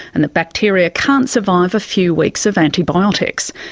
and the bacteria can't survive a few weeks of antibiotics.